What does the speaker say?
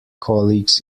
colleagues